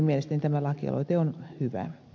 mielestäni tämä lakialoite on hyvä